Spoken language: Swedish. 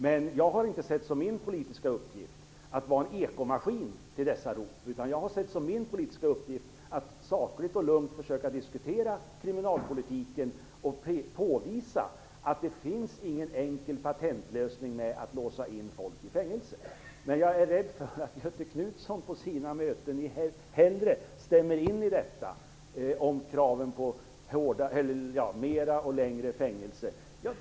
Men jag har inte sett som min politiska uppgift att vara en ekomaskin till dessa rop, utan jag har sett som min politiska uppgift att sakligt och lugnt försöka diskutera kriminalpolitiken och påvisa att det inte finns någon enkel patentlösning som att låsa in folk i fängelse. Men jag är rädd för att Göthe Knutson på sina möten hellre stämmer in i kraven på fler och längre fängelsestraff.